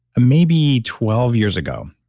maybe twelve years ago,